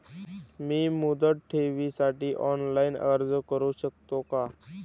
मी मुदत ठेवीसाठी ऑनलाइन अर्ज करू शकतो का?